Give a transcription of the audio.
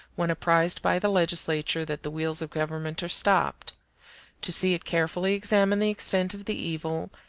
when apprised by the legislature that the wheels of government are stopped to see it carefully examine the extent of the evil,